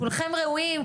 כולכם ראויים,